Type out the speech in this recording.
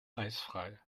eisfrei